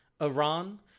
Iran